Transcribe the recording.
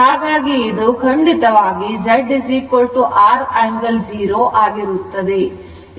ಹಾಗಾಗಿ ಇದು ಖಂಡಿತವಾಗಿ Z R angle 0 ಆಗಿರುತ್ತದೆ